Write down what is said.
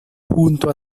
junto